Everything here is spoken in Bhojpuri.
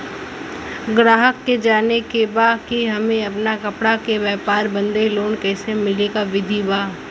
गराहक के जाने के बा कि हमे अपना कपड़ा के व्यापार बदे लोन कैसे मिली का विधि बा?